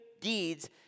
deeds